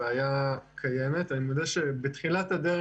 בעיקר אנשים שהיו בחל"ת.